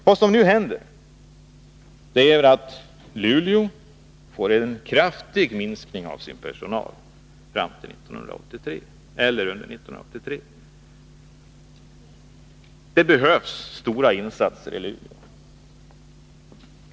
Vad som nu händer är att personalen i Luleå kraftigt minskas under 1983. Det behövs stora insatser i Luleå.